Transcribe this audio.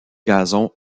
gazon